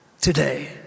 today